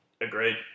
Agreed